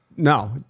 No